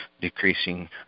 decreasing